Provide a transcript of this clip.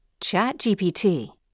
ChatGPT